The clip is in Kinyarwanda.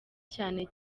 cyane